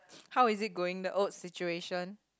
how is it going the odd situation